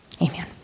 Amen